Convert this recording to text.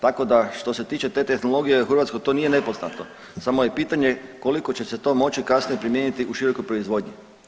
Tako da što se tiče te tehnologije u Hrvatskoj to nije nepoznato samo je pitanje koliko će se to moći kasnije primijeniti u širokoj proizvodnji.